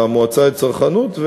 למועצה לצרכנות,